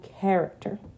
character